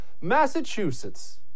Massachusetts